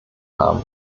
haben